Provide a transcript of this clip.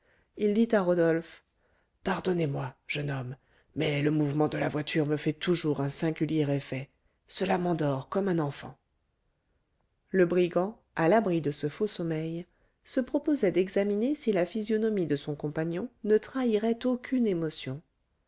il dit à rodolphe pardonnez-moi jeune homme mais le mouvement de la voiture me fait toujours un singulier effet cela m'endort comme un enfant le brigand à l'abri de ce faux sommeil se proposait d'examiner si la physionomie de son compagnon ne trahirait aucune émotion